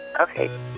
okay